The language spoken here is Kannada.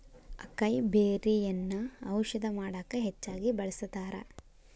ಅಕೈಬೆರ್ರಿಯನ್ನಾ ಔಷಧ ಮಾಡಕ ಹೆಚ್ಚಾಗಿ ಬಳ್ಸತಾರ